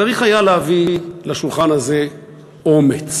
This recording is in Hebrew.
צריך היה להביא לשולחן הזה אומץ.